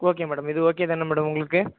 okay madam இது okay தானே madam உங்களுக்கு